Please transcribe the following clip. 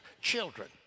Children